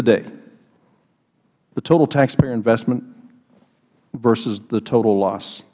the day the total taxpayer investment versus the total loss